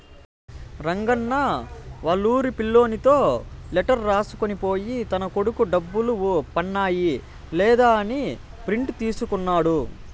రంగన్న వాళ్లూరి పిల్లోనితో లెటర్ రాసుకొని పోయి తన కొడుకు డబ్బులు పన్నాయ లేదా అని ప్రింట్ తీసుకున్నాడు